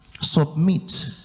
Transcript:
submit